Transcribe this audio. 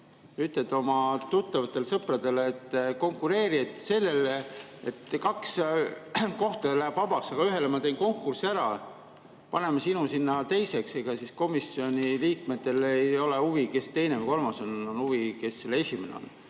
Ütled oma tuttavatele ja sõpradele, et konkureeri sellele [kohale], kaks kohta jääb vabaks, aga ühele ma teen konkursi, paneme sinu sinna teiseks. Ega siis komisjoni liikmetel ei ole huvi, kes teine või kolmas on, neil on huvi, kes on esimene.